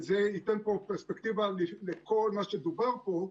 וזה ייתן פרספקטיבה לכל מה שדובר פה,